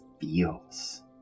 feels